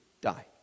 die